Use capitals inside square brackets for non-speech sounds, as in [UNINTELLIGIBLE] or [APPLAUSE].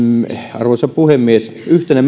arvoisa puhemies yhtenä [UNINTELLIGIBLE]